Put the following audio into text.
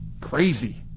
crazy